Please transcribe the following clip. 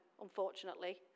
unfortunately